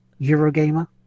Eurogamer